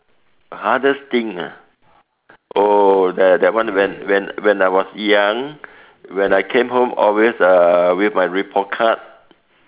hardest thing ah oh that that one when when when I was young when I come home always uh with my report card